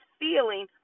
feeling